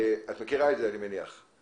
אני מניח שאת מכירה את זה.